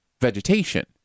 vegetation